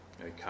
Okay